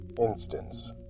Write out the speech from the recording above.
Instance